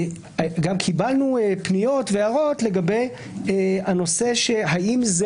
קיבלנו פניות והערות לגבי הנושא האם זה